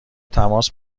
تماس